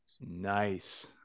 Nice